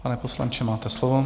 Pane poslanče, máte slovo.